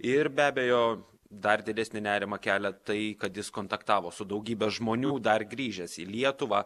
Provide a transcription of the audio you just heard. ir be abejo dar didesnį nerimą kelia tai kad jis kontaktavo su daugybe žmonių dar grįžęs į lietuvą